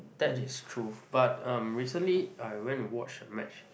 that is true but um recently I went to watch a match